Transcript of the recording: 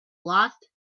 lost